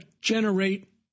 generate